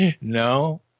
No